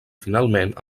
finalment